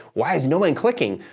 why is nobody clicking?